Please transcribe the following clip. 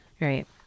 right